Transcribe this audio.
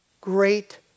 Great